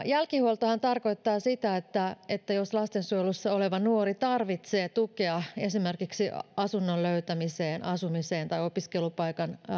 jälkihuoltohan tarkoittaa sitä että että jos lastensuojelussa oleva nuori tarvitsee tukea esimerkiksi asunnon löytämiseen asumiseen opiskelupaikan